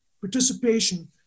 participation